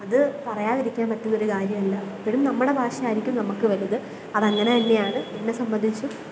അത് പറയാതിരിക്കാന് പറ്റുന്നൊരു കാര്യമല്ല എപ്പോഴും നമ്മു ടെ ഭാഷ ആയിരിക്കും നമുക്ക് വലുത് അതങ്ങനെ തന്നെയാണ് എന്നെ സംബന്ധിച്ചും